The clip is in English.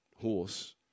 horse